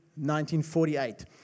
1948